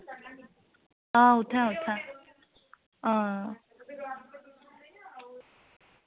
हां उत्थै उत्थै हां